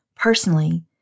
Personally